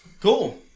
Cool